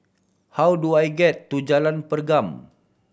how do I get to Jalan Pergam